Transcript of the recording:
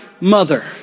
mother